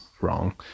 wrong